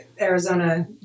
Arizona